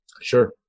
sure